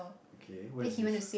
okay where is this